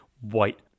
white